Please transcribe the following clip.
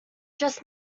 just